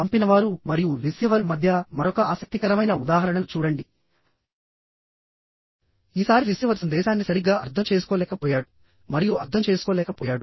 పంపినవారు మరియు రిసీవర్ మధ్య మరొక ఆసక్తికరమైన ఉదాహరణను చూడండిఈసారి రిసీవర్ సందేశాన్ని సరిగ్గా అర్థం చేసుకోలేకపోయాడు మరియు అర్థం చేసుకోలేకపోయాడు